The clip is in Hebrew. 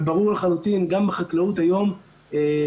אבל ברור לחלוטין גם החקלאות היום מקבלת,